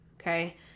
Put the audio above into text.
Okay